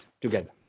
together